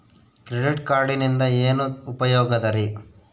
Credit ಕಾರ್ಡಿನಿಂದ ಏನು ಉಪಯೋಗದರಿ?